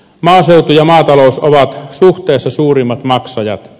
maaseutu ja maatalous ovat suhteessa suurimmat maksajat